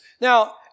Now